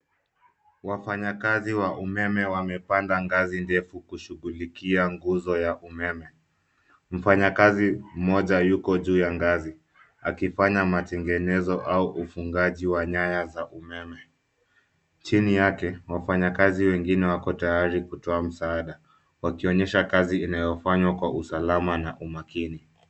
Wafanyakazi wa umeme wamepanda ngazi ndefu kushughulikia nguzo ya umeme. Mfanyakazi mmoja yuko juu ya ngazi, akifanya matengenezo au ufungaji wa nyaya za umeme. Chini yake, wafanyakazi wengine wako tayari kutoa msaada, wakionyesha kazi inayofanywa kwa usalama na umakini.